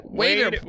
waiter